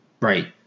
right